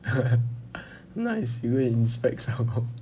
nice you go and inspect some more